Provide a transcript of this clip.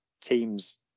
teams